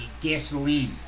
gasoline